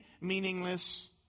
meaningless